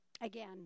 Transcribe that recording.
Again